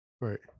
right